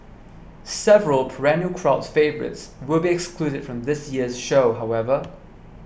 several perennial crowd favourites will be excluded from this year's show however